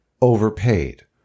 overpaid